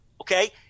okay